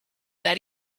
that